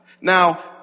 Now